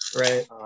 Right